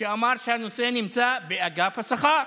והוא אמר שהנושא נמצא באגף השכר.